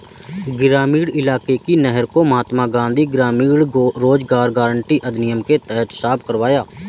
ग्रामीण इलाके की नहर को महात्मा गांधी ग्रामीण रोजगार गारंटी अधिनियम के तहत साफ करवाया